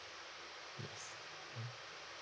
yes mm